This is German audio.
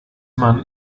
man